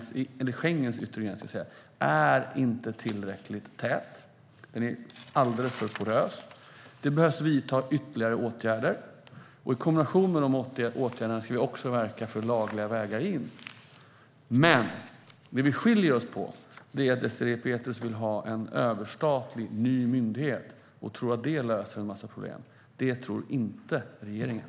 Schengens yttre gräns är inte tillräckligt tät; den är alldeles för porös. Det behöver vidtas ytterligare åtgärder. I kombination med dessa åtgärder ska vi också verka för lagliga vägar in. Men där vi skiljer oss åt är att Désirée Pethrus vill ha en överstatlig ny myndighet som hon tror löser en massa problem. Det tror inte regeringen.